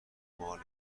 مال